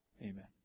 Amen